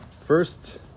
first